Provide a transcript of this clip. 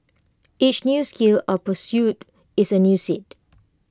each new skill or pursuit is A new seed